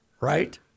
right